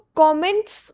comments